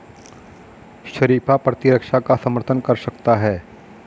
शरीफा प्रतिरक्षा का समर्थन कर सकता है